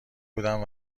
بودم